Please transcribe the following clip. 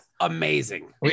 amazing